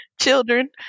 children